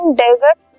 desert